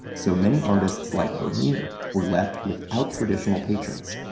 so many artists like vermeer were left without traditional patrons.